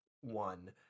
one